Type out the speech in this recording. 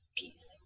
peace